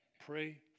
Pray